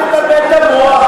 אל תבלבל את המוח,